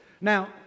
Now